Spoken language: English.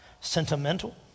sentimental